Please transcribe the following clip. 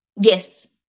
Yes